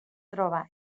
troba